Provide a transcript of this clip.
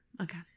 Okay